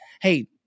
Hey